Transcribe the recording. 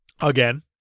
Again